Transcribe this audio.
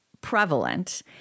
prevalent